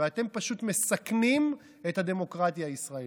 ואתם פשוט מסכנים את הדמוקרטיה הישראלית.